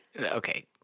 okay